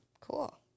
Cool